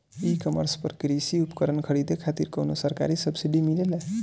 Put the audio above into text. ई कॉमर्स पर कृषी उपकरण खरीदे खातिर कउनो सरकारी सब्सीडी मिलेला?